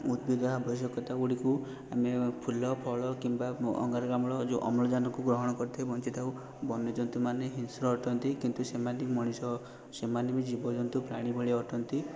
ଉଦ୍ଭିଦ ଆବଶ୍ୟକତାଗୁଡ଼ିକୁ ଆମେ ଫୁଲ ଫଳ କିମ୍ବା ଅଙ୍ଗାରକାମ୍ଳ ଯେଉଁ ଅମ୍ଳଜାନକୁ ଗ୍ରହଣ କରିଥାଇ ବଞ୍ଚିଥାଉ ବନ୍ୟଜନ୍ତୁମାନେ ହିଂସ୍ର ଅଟନ୍ତି କିନ୍ତୁ ସେମାନେ ବି ମଣିଷ ସେମାନେ ବି ଜୀବଜନ୍ତୁ ପ୍ରାଣୀ ଭଳି ଅଟନ୍ତି